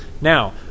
Now